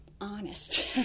honest